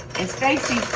and stacy